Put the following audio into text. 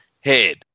head